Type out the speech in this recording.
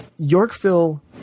Yorkville